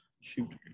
shoot